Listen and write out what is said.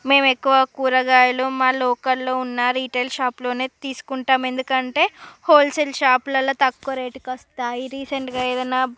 మేము ఎక్కువ కూరగాయలు మళ్ళ ఒకళ్ళున్నారు రిటైల్ షాపులోనే తీసుకుంటాం ఎందుకంటే హోల్సేల్ షాపులల్లో తక్కువ రేటుకి వస్తాయి రీసెంటుగా ఏదన్న